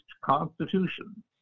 constitution